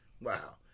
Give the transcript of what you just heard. Wow